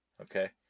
Okay